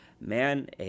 man